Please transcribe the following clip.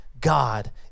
God